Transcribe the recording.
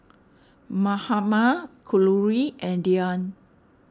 Mahatma Kalluri and Dhyan